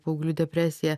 paauglių depresija